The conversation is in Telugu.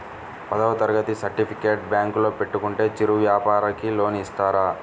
పదవ తరగతి సర్టిఫికేట్ బ్యాంకులో పెట్టుకుంటే చిరు వ్యాపారంకి లోన్ ఇస్తారా?